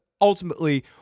ultimately